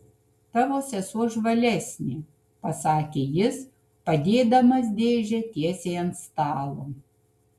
tavo sesuo žvalesnė pasakė jis padėdamas dėžę tiesiai ant stalo